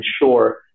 ensure